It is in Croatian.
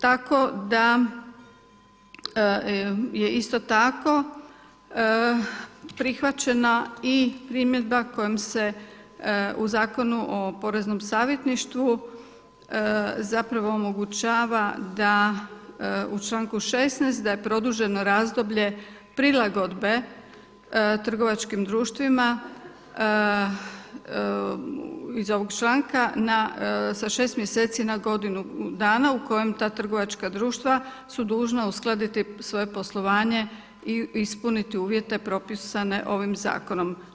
Tako da je isto tako prihvaćena i primjedba kojom se u Zakonu o poreznom savjetništvu, zapravo omogućava da u članku 16. da je produženo razdoblje prilagodbe trgovačkim društvima iz ovog članka sa 6 mjeseci na godinu dana u kojem ta trgovačka društva su dužna uskladiti svoje poslovanje i ispuniti uvjete propisane ovim zakonom.